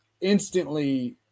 instantly